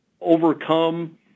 overcome